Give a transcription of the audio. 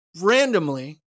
randomly